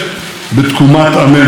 עמדתי שם ואמרתי: